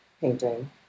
painting